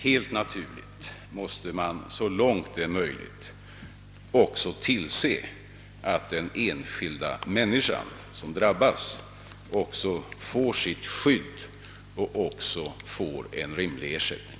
Givetvis måste man så långt det är möjligt också tillse att den enskilda människan som drabbas får sitt skydd och även en rimlig ersättning.